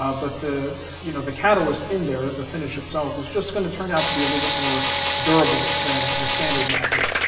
ah but the you know the catalyst in there, the finish itself, is just going to turn out to be a little bit more durable than your standard lacquers,